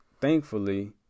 thankfully